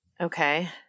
Okay